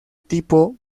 tipo